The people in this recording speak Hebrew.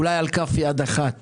אולי על כף יד אחת